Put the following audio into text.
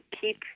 keep